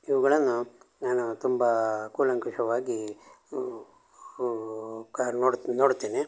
ಇವುಗಳನ್ನು ನಾನು ತುಂಬ ಕೂಲಂಕುಶವಾಗಿ ಕಾರ್ ನೋಡು ನೋಡುತ್ತೇನೆ